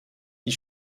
die